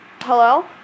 Hello